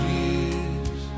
years